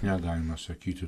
negalima sakyti